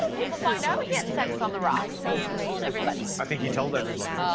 people find out he had sex on the rocks unless he told everybody? i think you told everybody.